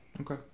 Okay